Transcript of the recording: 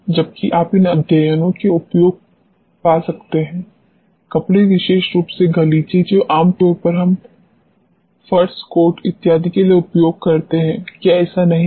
जबकि आप इन अध्ययनों के कुछ उपयोग पा सकते हैं कपड़े विशेष रूप से गलीचे जो आम तौर पर हम फ़र्स कोट इत्यादि के लिए उपयोग करते हैं क्या ऐसा नहीं है